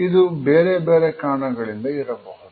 ಇದು ಬೇರೆ ಬೇರೆ ಕಾರಣಗಳಿಂದ ಇರಬಹುದು